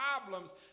problems